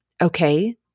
okay